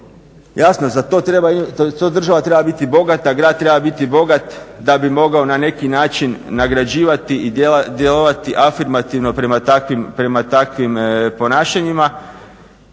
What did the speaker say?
Jasno za to država treba biti bogata, grad treba biti bogat da bi mogao na neki način nagrađivati i djelovati afirmativno prema takvim ponašanjima.